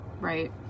right